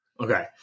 Okay